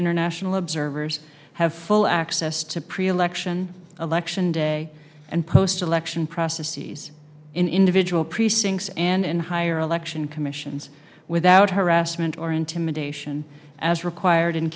international observers have full access to pre election election day and post election process these individual precincts and hire election commissions without harassment or intimidation as required in